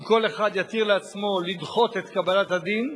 אם כל אחד יתיר לעצמו לדחות את קבלת הדין,